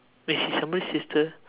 wait she is somebody's sister